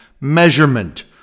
measurement